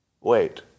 Wait